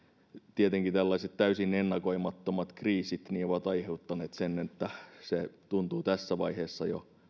tietenkin tällaiset täysin ennakoimattomat kriisit ovat aiheuttaneet sen että se tuntuu tässä vaiheessa jo